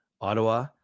Ottawa